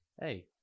hey